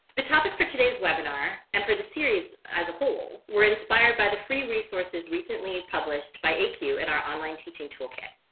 the topic for today's webinar and for the series as a whole were inspired by the free resources recently published by acue and our online teaching toolkit.